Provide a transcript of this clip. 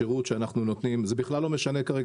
השירות שאנחנו נותנים ובכלל לא משנה כרגע